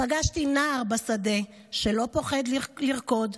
/ פגשתי נער בשדה / שלא פוחד לרקוד.